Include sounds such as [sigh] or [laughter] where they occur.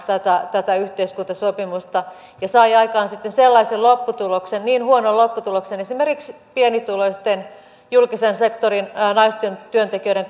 yhteiskuntasopimusta ja sai aikaan sitten sellaisen lopputuloksen niin huonon lopputuloksen esimerkiksi pienituloisten julkisen sektorin naistyöntekijöiden [unintelligible]